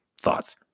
thoughts